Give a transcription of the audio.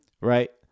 Right